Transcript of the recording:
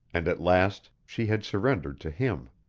and at last she had surrendered to him.